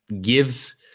gives